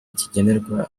kigenerwa